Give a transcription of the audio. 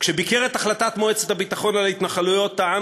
כשביקר את החלטת מועצת הביטחון על ההתנחלויות טען